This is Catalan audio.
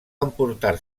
emportar